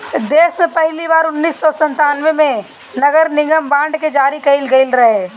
देस में पहिली बार उन्नीस सौ संतान्बे में नगरनिगम बांड के जारी कईल गईल रहे